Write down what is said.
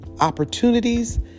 opportunities